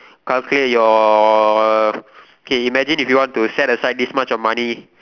calculate your okay imagine you want to set aside this much of money